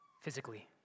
physically